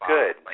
Good